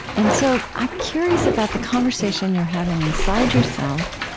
and so i'm curious about the conversation you're having inside yourself,